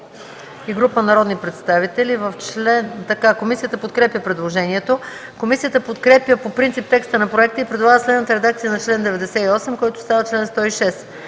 и група народни представители. Комисията подкрепя предложението. Комисията подкрепя по принцип текста на проекта и предлага следната редакция на чл. 56, който става чл.